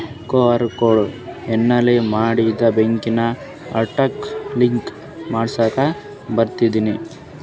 QR code install ಮಾಡಿಂದ ಬ್ಯಾಂಕಿನ account link ಮಾಡಸ್ಲಾಕ ಬರ್ತದೇನ್ರಿ